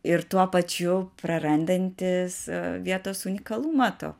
ir tuo pačiu prarandantis vietos unikalumą to